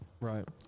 Right